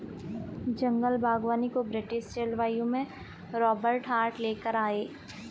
जंगल बागवानी को ब्रिटिश जलवायु में रोबर्ट हार्ट ले कर आये